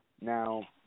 Now